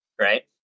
right